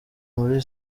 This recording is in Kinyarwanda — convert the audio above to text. muri